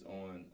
on